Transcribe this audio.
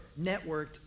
networked